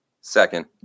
second